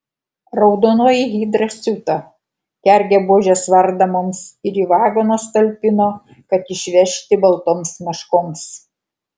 raudonoji hidra siuto kergė buožės vardą mums ir į vagonus talpino kad išvežti baltoms meškoms